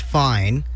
fine